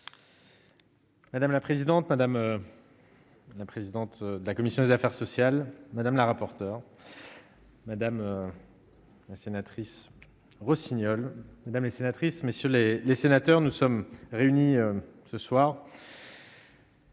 Madame la présidente, madame. La présidente de la commission des affaires sociales, madame la rapporteure. Madame la sénatrice Rossignol mesdames et sénatrices, messieurs les sénateurs, nous sommes réunis ce soir.